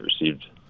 received